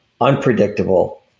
unpredictable